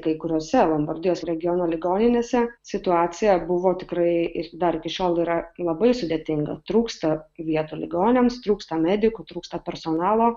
kai kuriuose lombardijos regiono ligoninėse situacija buvo tikrai ir dar iki šiol yra labai sudėtinga trūksta vietų ligoniams trūksta medikų trūksta personalo